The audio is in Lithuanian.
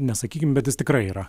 nesakykim bet jis tikrai yra